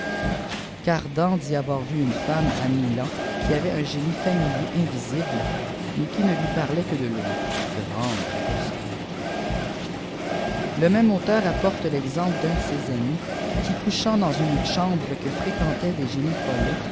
cardan dit avoir vu une femme à milan qui avait un génie familier invisible mais qui ne lui parlait que de loin grande précaution le même auteur apporte tcxemple d'un de ses amis qui couchant dans une chambre que fréquentaient des génies folets